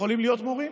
יכולים להיות מורים.